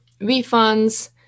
refunds